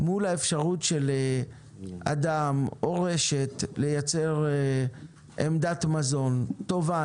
מול האפשרות של אדם או רשת לייצר עמדת מזון טובה,